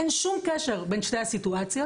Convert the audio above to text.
אין שום קשר בין שתי הסיטואציות.